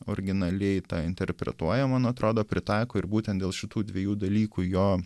originaliai tą interpretuoja man atrodo pritaiko ir būtent dėl šitų dviejų dalykų jo